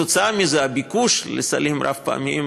כתוצאה מזה הביקוש לסלים רב-פעמיים